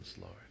Lord